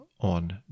on